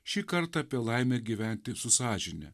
šį kartą apie laimę gyventi su sąžine